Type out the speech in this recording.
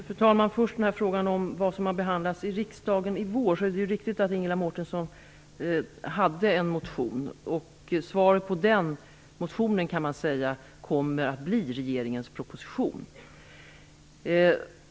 Fru talman! När det gäller vad som har behandlats i riksdagen i vår är det riktigt att Ingela Mårtensson har avgivit en motion. Man kan säga att resultatet av den motionens behandling kommer att återfinnas i regeringens proposition.